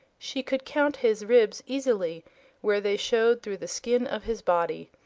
she could count his ribs easily where they showed through the skin of his body,